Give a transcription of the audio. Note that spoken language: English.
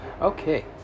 Okay